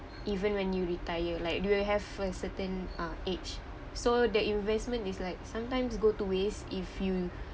even when you retire like do you have a certain uh age so the investment is like sometimes go to waste if you